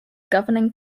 governing